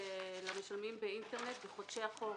למשלמים באינטרנט בחודשי החורף.